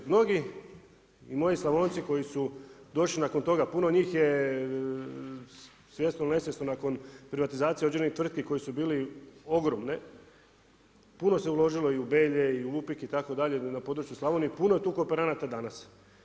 Mnogi i moji Slavonci koji su došli nakon toga, puno njih je svjesno ili nesvjesno nakon privatizacije određenih tvrtki koje su bile ogromne, puno se uložilo i u Belje i u Vupik itd., na području Slavonije i puno je tu kooperanata danas.